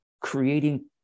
creating